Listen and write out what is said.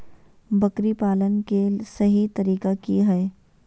बकरी पालन के सही तरीका की हय?